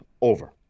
over